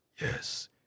Yes